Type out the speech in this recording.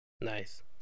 Nice